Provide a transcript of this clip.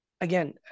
again